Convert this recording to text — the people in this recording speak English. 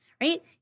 right